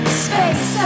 space